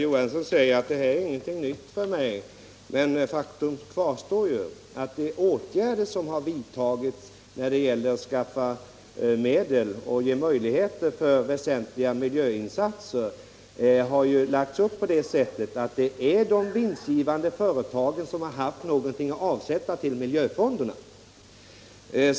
Herr talman! Det här är ingenting nytt, säger herr Knut Johansson. Men faktum kvarstår att den planering som vidtagits för att skaffa medel och sättet att det är de vinstgivande företagen som har haft någonting att avsätta till miljöfonderna.